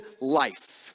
life